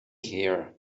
here